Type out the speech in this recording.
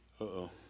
Uh-oh